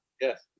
Yes